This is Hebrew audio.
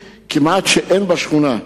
כמעט אין גני משחקים בשכונה.